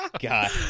God